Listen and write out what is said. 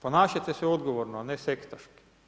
Ponašajte se odgovorno a ne sektaš.